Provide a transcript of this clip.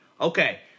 Okay